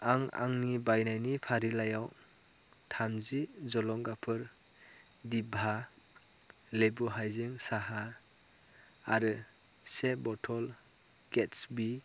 आं आंनि बायनायनि फारिलाइयाव थामजि जलंगाफोर दिभा लेबु हाइजें साहा आरो से बथल केट्स बि